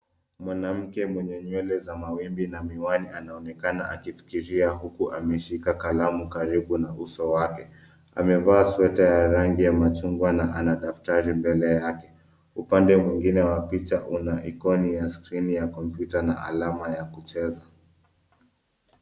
Mwanamke mwenye nywele za mawimbi na miwani anaonekana akifikiria huku ameshika kalamu karibu na uso wake. Amevaa sweta ya rangi ya machungwa na ana daftari mbele yake. Upande mwingine wa picha una ikoni ya skrini ya kompyuta na alama ya kucheza